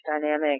dynamic